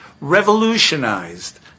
revolutionized